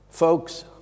Folks